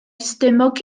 stumog